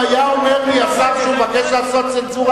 אם היה אומר לי השר שהוא מבקש לעשות צנזורה